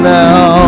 now